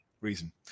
reason